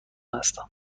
هستم